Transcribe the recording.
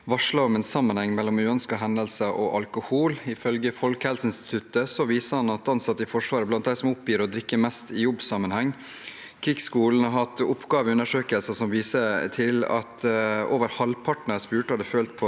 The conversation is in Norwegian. varslet om en sammenheng mellom uønskede hendelser og alkohol. Ifølge Folkehelseinstituttet er ansatte i Forsvaret blant dem som oppgir å drikke mest i jobbsammenheng. Krigsskolen har hatt oppgaveundersøkelser som viser at over halvparten som ble spurt, hadde følt på